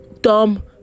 dumb